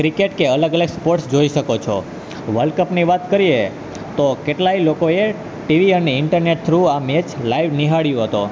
cricket કે અલગ અલગ સ્પોટસ જોઈ શકો છો વર્લ્ડ કપની વાત કરીએ તો કેટલાય લોકોએ ટીવી અને ઈન્ટરનેટ થ્રુ આ મેચ લાઈવ નિહાળ્યો હતો